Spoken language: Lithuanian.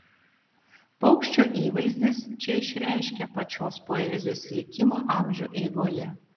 paukščio įvaizdis čia išreiškia pačios poezijos likimą amžių eigoje